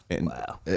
Wow